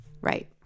Right